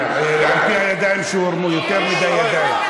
על פי הידיים שהורמו, יותר מדי ידיים.